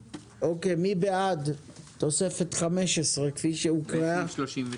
מי בעד אישור התוספת החמש עשרה כפי שהוקראה ובעד אישור סעיף 36?